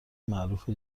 معروف